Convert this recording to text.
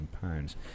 pounds